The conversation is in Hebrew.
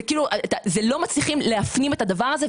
זה כאילו, זה לא מצליחים להפנים את הדבר הזה.